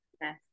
Yes